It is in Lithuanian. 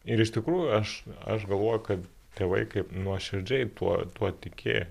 ir iš tikrųjų aš aš galvoju kad tėvai kaip nuoširdžiai tuo tuo tiki